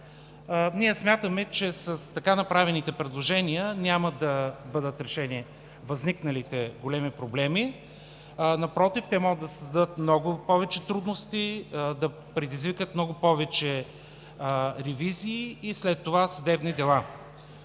Ние смятаме, че с така направените предложения няма да бъдат решени възникналите големи проблеми, напротив, те могат да създадат много повече трудности, да предизвикат много повече ревизии и след това – съдебни дела.